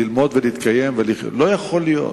ללמוד ולהתקיים, לא יכול להיות.